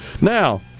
Now